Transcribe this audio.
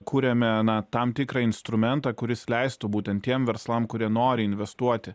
kuriame na tam tikrą instrumentą kuris leistų būtent tiem verslam kurie nori investuoti